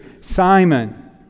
Simon